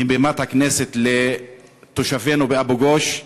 מבימת הכנסת, לתושבינו באבו-גוש: